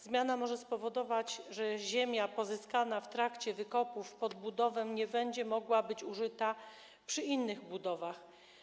Zmiana może spowodować, że ziemia pozyskana w trakcie wykopów pod budowę nie będzie mogła być użyta na innych budowach.